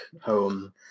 home